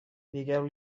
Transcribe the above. digueu